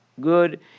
good